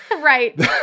right